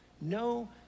No